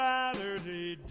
Saturday